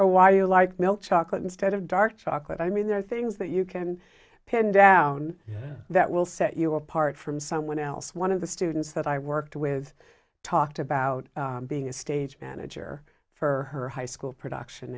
or why you like milk chocolate instead of dark chocolate i mean there are things that you can pin down that will set you apart from someone else one of the students that i worked with talked about being a stage manager for her high school production